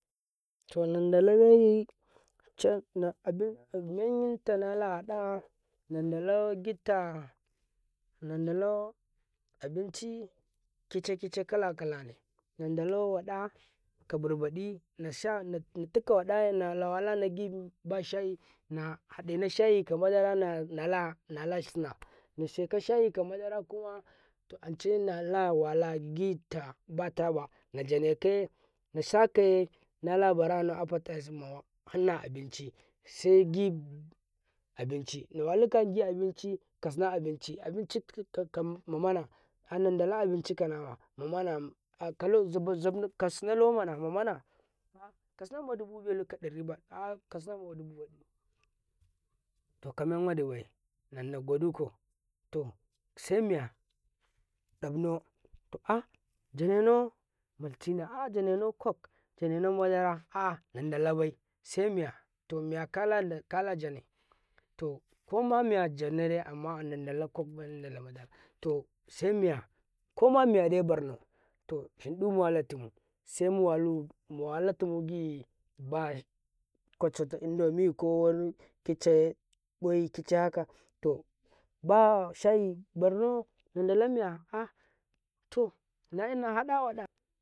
﻿to nan dala menyi cattmenyita na lahaɗa nan dalau gitta nan dalau a binci kice kice kalakala ne nan dala wada kaɓir badi nasha natika wada na walana gishayi na hadena shayi kama ɗara nalasina haɗena shayi kama ɗara kuma to ance na lawala gita bataba na la sakaye na sakaye nalabarana tina abin ci segi abinci nawalika gi abinci kasna abinci abinch mamana kalo zab-zab karna lomana mamana al kasna madubu belu kaɗari baɗu alkasna madubi waɗi to kamen waɗi bai nan nago dukau to semiya to ah dafnau janenau coke ah janenau maltina ah donena coke ah jane na madara ah nan dala bai semiya miya kala jane to kama miya jane nadai amma nandala kokbai nan dala madarabai to semiya koma miya barnau to shindu muwala tumu to semi walu muwalatumu giba ƙwaca ta indomie kowani kice ƙwai kice shayi barno ah naina hada wada.